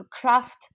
craft